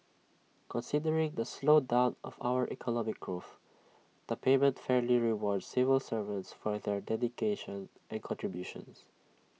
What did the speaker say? considering the slowdown of our economic growth the payment fairly rewards civil servants for their dedication and contributions